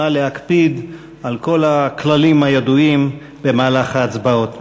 נא להקפיד על כל הכללים הידועים במהלך ההצבעות.